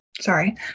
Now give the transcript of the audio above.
sorry